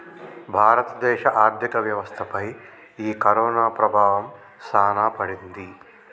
భారత దేశ ఆర్థిక వ్యవస్థ పై ఈ కరోనా ప్రభావం సాన పడింది